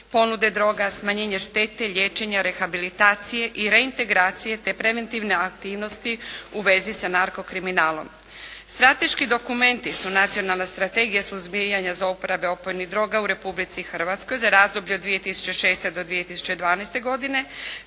ponude droga, smanjenje štete, liječenja, rehabilitacije i reintegracije te preventivne aktivnosti u vezi sa narko kriminalom. Strateški dokumenti su Nacionalna strategija o suzbijanju zlouporabe opojnih droga u Republici Hrvatskoj za razdoblje od 2006. do 2012. godine